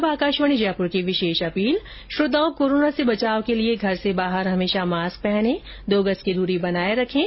और अब आकाशवाणी जयपुर की विशेष अपील श्रोताओं कोरोना से बचाव के लिए घर से बाहर हमेशा मास्क पहने और दो गज की दूरी बनाए रखें